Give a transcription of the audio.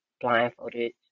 blindfolded